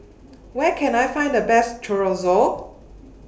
Where Can I Find The Best Chorizo